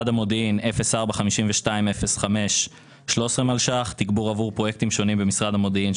תכנית 045205 - 13 מיליון ₪ עבור תגבור פרויקטים שונים במשרד המודיעין,